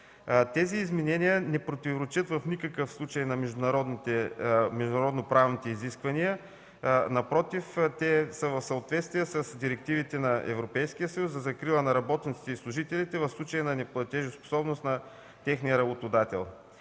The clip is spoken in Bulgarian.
Тези изменения не противоречат в никакъв случай на международноправните изисквания. Напротив, те са в съответствие с директивите на Европейския съюз за закрила на работниците и служителите в случай на неплатежоспособност на техния работодател,